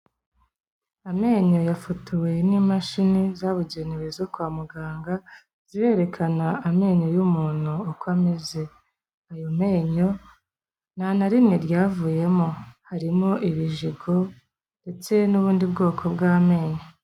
Amenyo yafotowe n'imashini zabugenewe zo kwa muganga, zirerekana amenyo y'umuntu uko ameze. Ayo menyo nta na rimwe ryavuyemo. Harimo ibijigo ndetse n'ubundi bwoko bw'amenyo.